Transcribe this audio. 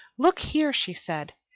look here! she said.